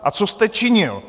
A co jste činil?